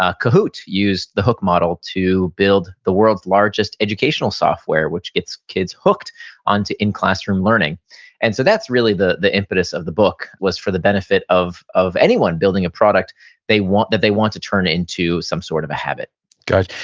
ah kahoot! used the hook model to build the world's largest educational software, which gets kids hooked onto in-classroom learning and so that's really the the impetus of the book, was for the benefit of of anyone building a product that they that they want to turn into some sort of a habit good.